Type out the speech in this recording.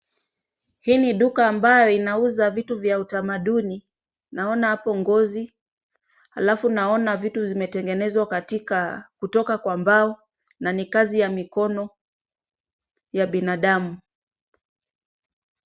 Hii ni duka ambayo inauza vitu vya utamaduni. Naona hapo ngozi. Alafu naona vitu vimetengenezwa katika kutoka kwa mbao, na ni kazi ya mikono, ya binadamu.